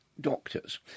doctors